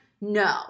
No